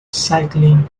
cycling